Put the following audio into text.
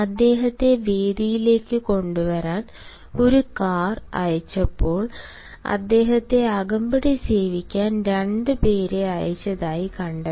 അദ്ദേഹത്തെ വേദിയിലേക്ക് കൊണ്ടുവരാൻ ഒരു കാർ അയച്ചപ്പോൾ അദ്ദേഹത്തെ അകമ്പടി സേവിക്കാൻ 2 പേരെ അയച്ചതായി കണ്ടെത്തി